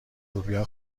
لوبیا